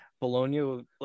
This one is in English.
Bologna